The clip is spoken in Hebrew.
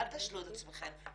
אל תשלו את עצמכן,